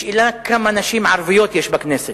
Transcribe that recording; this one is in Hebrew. השאלה כמה נשים ערביות יש בכנסת.